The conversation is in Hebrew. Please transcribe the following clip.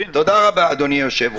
לא רוצה שיסביר.